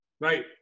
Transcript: right